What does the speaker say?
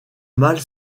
mâles